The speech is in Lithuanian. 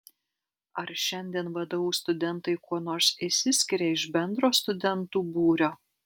ar šiandien vdu studentai kuo nors išsiskiria iš bendro studentų būrio